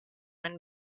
and